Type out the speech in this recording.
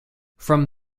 from